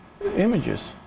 images